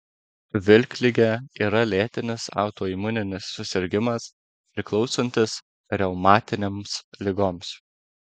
vilkligė yra lėtinis autoimuninis susirgimas priklausantis reumatinėms ligoms